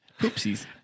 Oopsies